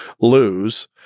lose